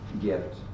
gift